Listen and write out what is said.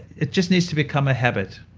it just needs to become a habit